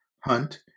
hunt